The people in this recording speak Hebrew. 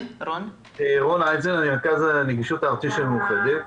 אני רכז הנגישות הארצי של קופת חולים מאוחדת.